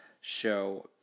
show